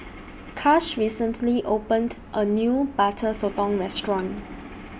Kash recently opened A New Butter Sotong Restaurant